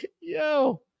Yo